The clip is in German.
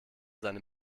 seine